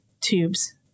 tubes